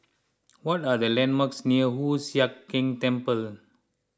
what are the landmarks near Hoon Sian Keng Temple